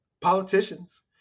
politicians